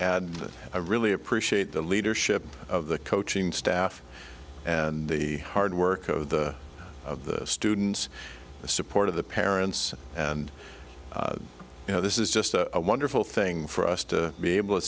to add i really appreciate the leadership of the coaching staff and the hard work of the of the students the support of the parents and you know this is just a wonderful thing for us to be able to